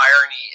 irony